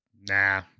Nah